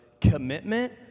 commitment